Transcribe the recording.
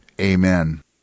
Amen